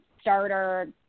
starter